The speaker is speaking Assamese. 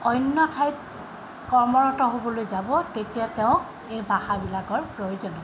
অন্য় ঠাইত কৰ্মৰত হ'বলৈ যাব তেতিয়া তেওঁক এই ভাষাবিলাকৰ প্ৰয়োজন